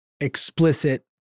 explicit